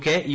K U